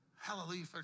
hallelujah